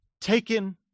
taken